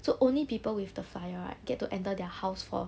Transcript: so only people with the flyer right get to enter their house for